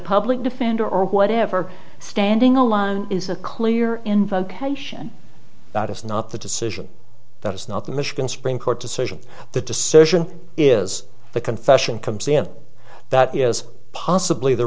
public defender or whatever standing alone is a clear in vocation that is not the decision that is not the michigan supreme court decision the decision is the confession comes in that is possibly the